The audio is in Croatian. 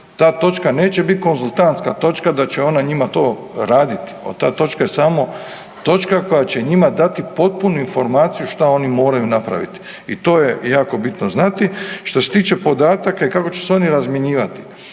Ta točka neće biti konzultantska točka da će ona njima to raditi. Ta točka je samo točka koja će njima dati potpunu informaciju što oni moraju napraviti i to je jako bitno znati. Što se tiče podataka i kako će se oni razmjenjivati,